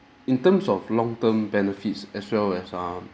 in terms of long term benefits as well as um